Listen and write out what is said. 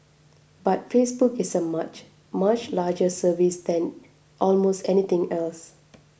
but Facebook is a much much larger service than almost anything else